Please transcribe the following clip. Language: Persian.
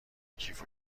کیف